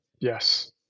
yes